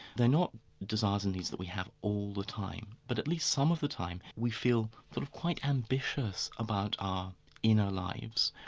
they're not desires and needs that we have all the time, but at least some of the time we feel sort of quite ambitious about our inner lives.